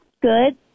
Good